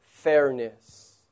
Fairness